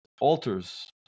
Altars